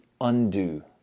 undo